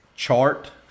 chart